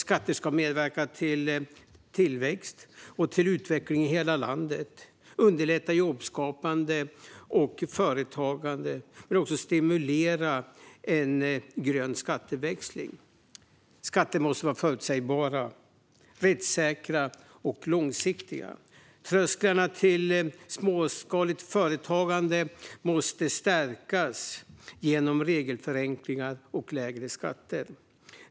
Skatter ska medverka till tillväxt och utveckling i hela landet, underlätta jobbskapande och företagande och stimulera en grön skatteväxling. Skatter måste vara förutsägbara, rättssäkra och långsiktiga. Trösklarna till småskaligt företagande måste sänkas genom regelförenklingar och lägre skatter.